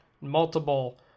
multiple